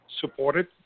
supported